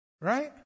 right